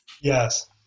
Yes